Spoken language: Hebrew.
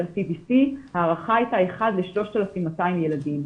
ה-CBC ההערכה הייתה אחד ל-3,200 ילדים.